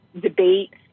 debate